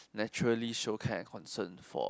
naturally show care and concern for